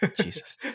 Jesus